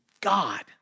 God